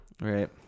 right